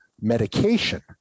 medication